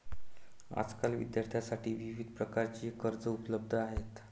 आजकाल विद्यार्थ्यांसाठी विविध प्रकारची कर्जे उपलब्ध आहेत